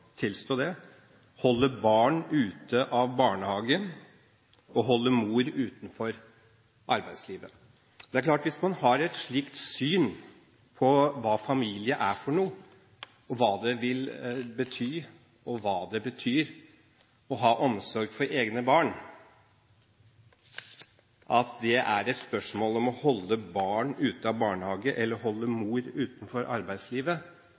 tilstå det – som holder barn ute av barnehagen og holder mor utenfor arbeidslivet. Det er klart at hvis man har et slikt syn på hva familie er for noe, og hva det vil bety, og hva det betyr å ha omsorg for egne barn – at det er et spørsmål om å holde barn ute av barnehagen eller holde mor utenfor arbeidslivet